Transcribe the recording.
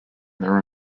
their